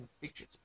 pictures